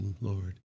Lord